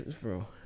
bro